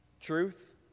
truth